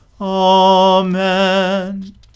Amen